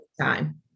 time